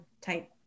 type